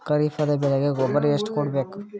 ಖರೀಪದ ಬೆಳೆಗೆ ಗೊಬ್ಬರ ಎಷ್ಟು ಕೂಡಬೇಕು?